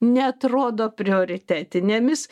neatrodo prioritetinėmis